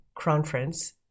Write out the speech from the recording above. conference